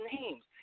names